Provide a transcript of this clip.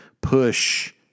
push